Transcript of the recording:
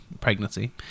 pregnancy